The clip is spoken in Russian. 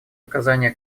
оказания